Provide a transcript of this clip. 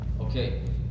Okay